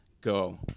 Go